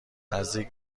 نزدیک